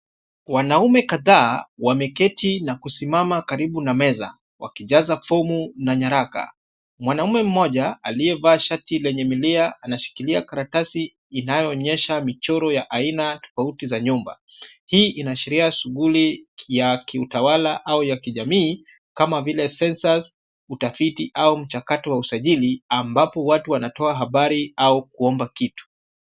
Wanaume kadhaa wameketi na kusimama karibu na meza wakijaza fomu na nyaraka. Mwanaume mmoja aliyevaa shati lenye milia anashikilia karatasi inayoonyesha michoro ya aina tofauti za nyumba. Hii inaashiria shughuli ya kiutawala au ya kijamii kama vile Census , utafiti au mchakato wa usajili ambapo watu wanatoa habari au kuomba kitu.